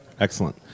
Excellent